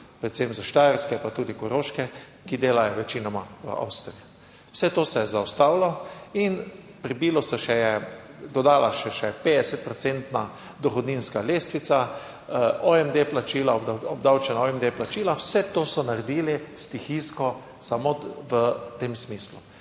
predvsem s Štajerske pa tudi Koroške, ki delajo večinoma v Avstriji. Vse to se je zaustavilo in prebil se še, dodala še 50 procentna dohodninska lestvica, OMD plačila, obdavčena, OMD plačila, vse to so naredili stihijsko samo v tem smislu.